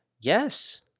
Yes